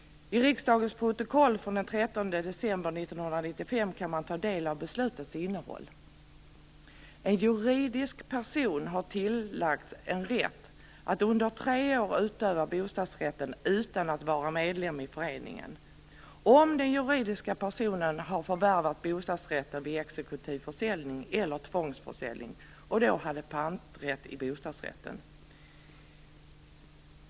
I riksdagens protokoll från den 13 december 1995 kan man ta del av beslutets innehåll. En juridisk person har tillagts en rätt att under tre år utöva bostadsrätten utan att vara medlem i föreningen, om den juridiska personen förvärvat bostadsrätten vid exekutiv försäljning eller tvångsförsäljning och då hade panträtt i bostadsrätten.